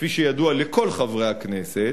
כפי שידוע לכל חברי הכנסת,